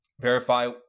Verify